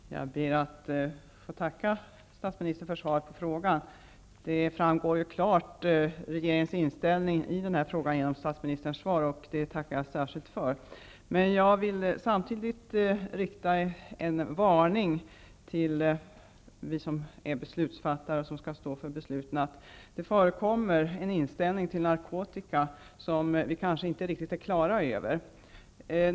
Herr talman! Jag ber att få tacka statsministern för svaret på frågan. Regeringens inställning i den här frågan framgår ju klart genom statsministerns svar. Det tackar jag särskilt för. Samtidigt vill jag rikta en varning till alla beslutsfattare att det förekommer en inställning till narkotika som vi kanske inte riktigt är klara över.